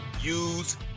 use